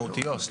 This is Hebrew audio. אוקיי,